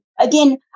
again